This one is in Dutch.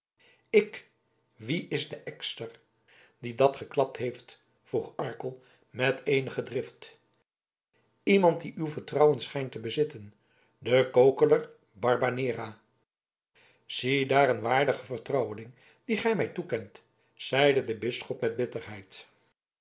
ik wie is de ekster die dat geklapt heeft vroeg arkel met eenige drift iemand die uw vertrouwen schijnt te bezitten de kokeler barbanera ziedaar een waardigen vertrouweling dien gij mij toekent zeide de bisschop met bitterheid